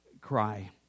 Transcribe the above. cry